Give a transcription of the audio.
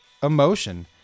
emotion